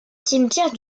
cimetière